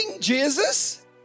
Jesus